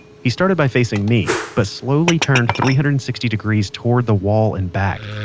he started by facing me, but slowly turned three hundred and sixty degrees towards the wall and back.